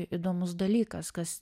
įdomus dalykas kas